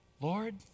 Lord